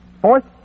Fourth